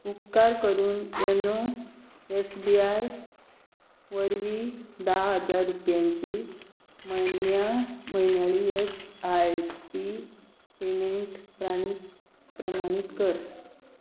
उपकार करून YONO S B I वरवीं धा हजार रुपयांची म्हयन्या म्हयन्याळी एस आय पी पेमेंट प्राणी प्रमाणीत कर